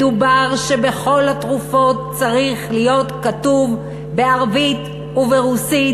מדובר על כך שעל כל התרופות צריך להיות כתוב בערבית וברוסית,